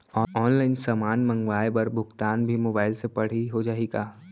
Online समान मंगवाय बर भुगतान भी मोबाइल से पड़ही हो जाही का?